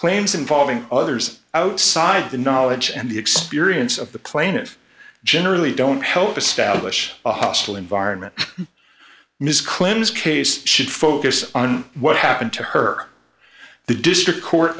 claims involving others outside the knowledge and the experience of the plaintiff generally don't help establish a hostile environment mrs clinton's case should focus on what happened to her the district court